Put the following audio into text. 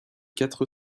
quatre